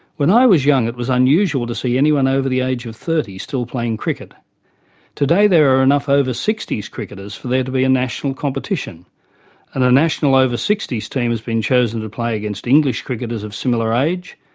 when i was young it was unusual to see anyone over the age of thirty still playing cricket today there are enough over sixty s cricketers for there to be a national competition and a national over sixty s team has been chosen to play against english cricketers of similar age.